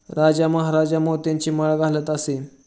राजा महाराजा मोत्यांची माळ घालत असे